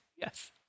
Yes